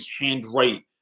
handwrite